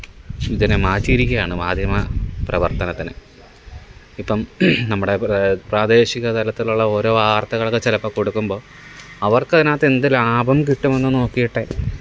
ഇതിനെ മാറ്റിയിരിക്കുകയാണ് മാധ്യമ പ്രവര്ത്തനത്തിന് ഇപ്പം നമ്മുടെ പ്ര പ്രാദേശിക തലത്തിൽ ഉള്ള ഓരോ വാർത്തകളൊക്കെ ചിലപ്പം കൊടുക്കുമ്പം അവര്ക്കതിനകത്തെന്ത് ലാഭം കിട്ടുമെന്ന് നോക്കിയിട്ടേ